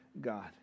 God